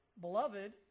Beloved